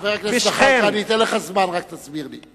חבר הכנסת זחאלקה, אני אתן לך זמן, רק תסביר לי.